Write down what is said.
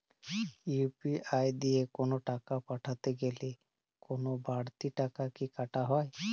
UPI দিয়ে কোন টাকা পাঠাতে গেলে কোন বারতি টাকা কি কাটা হয়?